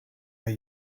are